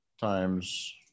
times